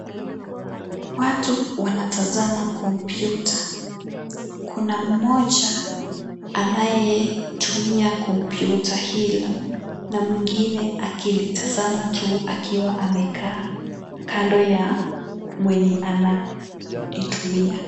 Watu wanatazama kompyuta, kuna mmoja anayetumia kompyuta hilo na mwingine akilitazama tu akiwa amekaa kando ya mwenye anaitumia.